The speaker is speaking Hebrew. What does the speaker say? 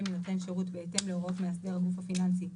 מנותן שירות בהתאם להוראות מאסדר הגוף הפיננסי,